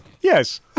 Yes